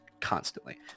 constantly